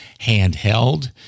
handheld